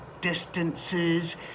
distances